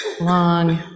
long